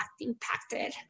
impacted